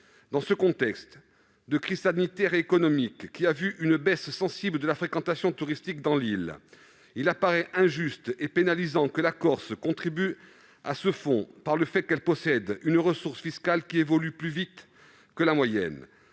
Dans le contexte actuel de crises sanitaire et économique et compte tenu de la baisse sensible de la fréquentation touristique dans l'île, il paraît injuste et pénalisant que la Corse contribue à ce fonds du fait qu'elle dispose d'une ressource fiscale évoluant plus vite que la moyenne.